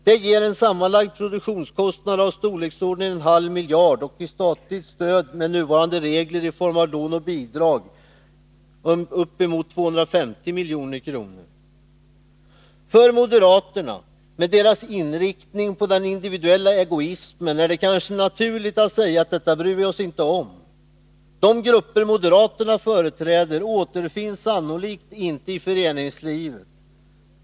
Detta ger en sammanlagd produktionskostnad i storleksordningen en halv miljard och ett statligt stöd i form av lån och bidrag enligt nuvarande regler på uppemot 250 milj.kr. För moderaterna med deras inriktning på den individuella egoismen är det kanske naturligt att säga att de inte bryr sig om detta. De grupper moderaterna företräder återfinns sannolikt inte i föreningslivet.